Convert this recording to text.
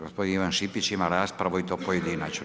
Gospodin Ivan Šipić ima raspravu i to pojedinačnu.